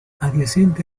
adyacente